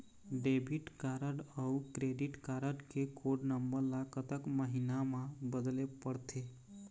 Debit card अऊ credit card के code number ला कतक महीना मा बदले पड़थे?